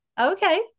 okay